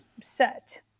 set